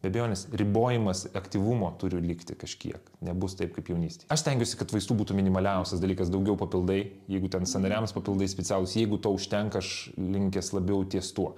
be abejonės ribojimas aktyvumo turi likti kažkiek nebus taip kaip jaunystėj aš stengiuosi kad vaistų būtų minimaliausias dalykas daugiau papildai jeigu ten sąnariams papildai specialūs jeigu to užtenka aš linkęs labiau ties tuo